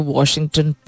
Washington